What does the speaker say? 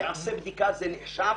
שתיעשה בדיקה זה נחשב